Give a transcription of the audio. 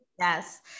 Yes